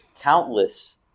countless